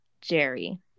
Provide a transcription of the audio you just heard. Jerry